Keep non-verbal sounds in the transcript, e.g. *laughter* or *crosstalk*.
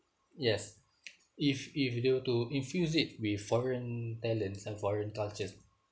yes *noise* if if you to infuse it with foreign talents and foreign cultures